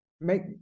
make